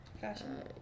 fashion